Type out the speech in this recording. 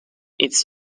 its